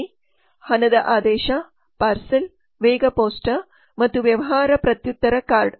ವಿಮೆ ಹಣದ ಆದೇಶ ಪಾರ್ಸೆಲ್ ವೇಗ ಪೋಸ್ಟ್ ಮತ್ತು ವ್ಯವಹಾರ ಪ್ರತ್ಯುತ್ತರ ಕಾರ್ಡ್